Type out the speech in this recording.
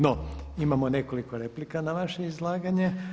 No imamo nekoliko replika na vaše izlaganje.